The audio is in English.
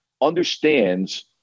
understands